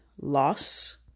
loss